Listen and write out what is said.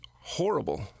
horrible